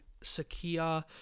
Sakia